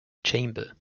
chamber